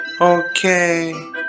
Okay